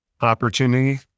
opportunity